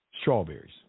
strawberries